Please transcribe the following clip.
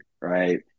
right